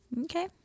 Okay